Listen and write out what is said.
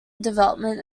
development